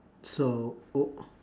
so o~